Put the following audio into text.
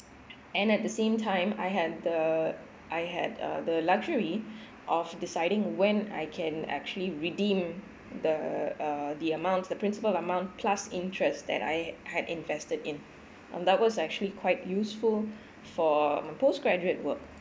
and at the same time I had the I had uh the luxury of deciding when I can actually redeem the uh the amount the principal amount plus interest that I had invested in and that was actually quite useful for my postgraduate work